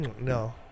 No